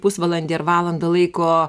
pusvalandį ar valandą laiko